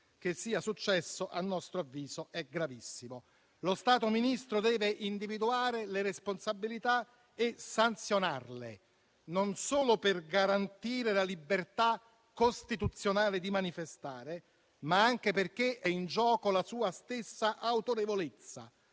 Che sia successo, a nostro avviso, è gravissimo. Lo Stato, signor Ministro, deve individuare le responsabilità e sanzionarle, non solo per garantire la libertà costituzionale di manifestare, ma anche perché è in gioco la sua stessa autorevolezza.